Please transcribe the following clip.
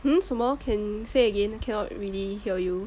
hmm 什么 can say again cannot really hear you